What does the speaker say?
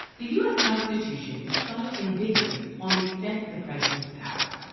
the u s. constitution is somewhat ambiguous on the extent of the president's power.